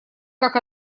как